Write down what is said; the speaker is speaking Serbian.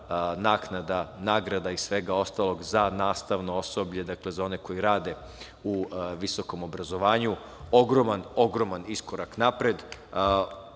naknada, nagrada i svega ostalog za nastavno osoblje, dakle za one koji rade u visokom obrazovanju. Ogroman, ogroman iskorak